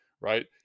right